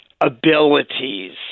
abilities